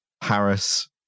Paris